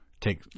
Take